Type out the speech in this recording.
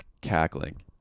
cackling